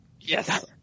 Yes